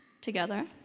together